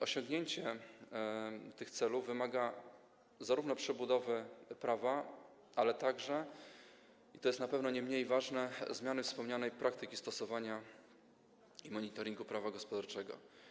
Osiągnięcie tych celów wymaga zarówno przebudowy prawa, jak i, i to jest na pewno nie mniej ważne, zmiany wspomnianej praktyki stosowania i monitoringu prawa gospodarczego.